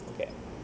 okay